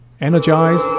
energize